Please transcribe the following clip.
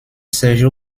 sergio